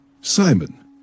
Simon